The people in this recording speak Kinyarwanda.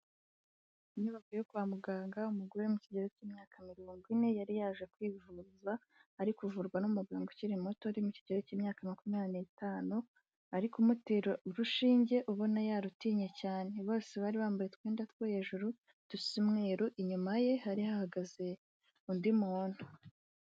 Inyubako yo kwa muganga, umugore mu kigero cy'imyaka mirongo ine yari yaje kuhivuguruza ari kuvurwa n'umuganga ukiri muto uri mu kigero cy'imyaka makumyabiri ni'itanu, ari kumutera urushinge ubona yarutinye cyane, bose bari bambaye utwenda two hejuru dusa umweru, inyuma ye hari hahagaze undi muntu.